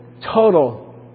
total